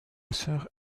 sœur